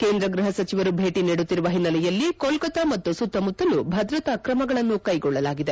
ಕೇಂದ್ರ ಗೃಪ ಸಚಿವರು ಭೇಟಿ ನೀಡುತ್ತಿರುವ ಹಿನ್ನೆಲೆಯಲ್ಲಿ ಕೋಲ್ಕೊತಾ ಮತ್ತು ಸುತ್ತಮುತ್ತಲೂ ಭದ್ರತಾ ಕ್ರಮಗಳನ್ನು ಕೈಗೊಳ್ಳಲಾಗಿದೆ